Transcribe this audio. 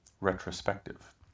Retrospective